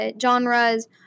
genres